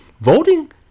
Voting